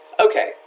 Okay